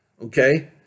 Okay